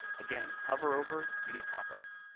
again, hover over, you get popups.